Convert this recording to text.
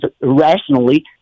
irrationally